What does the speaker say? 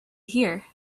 here